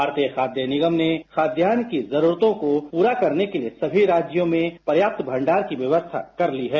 भारतीय खाद्य निगम ने खाद्यान्न की जरूरतों को पूरा करने के लिए सभी राज्यों में पर्याप्त भंडार की व्यवस्था कर ली है